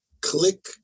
Click